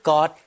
God